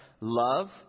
love